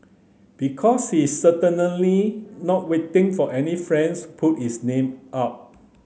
because he is certainly not waiting for any friends put his name up